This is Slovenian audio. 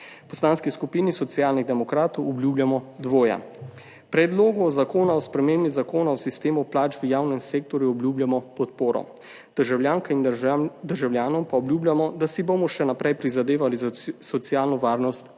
V Poslanski skupini Socialnih demokratov obljubljamo dvoje. Predlogu zakona o spremembi Zakona o sistemu plač v javnem sektorju obljubljamo podporo, državljankam in državljanom pa obljubljamo, da si bomo še naprej prizadevali za socialno varnost vseh